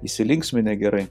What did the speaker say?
įsilinksminę gerai